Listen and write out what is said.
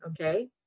Okay